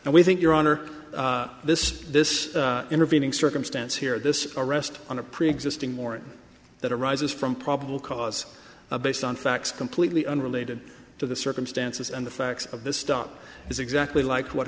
and we think your honor this this intervening circumstance here this arrest on a preexisting morant that arises from probable cause based on facts completely unrelated to the circumstances and the facts of this stuff is exactly like what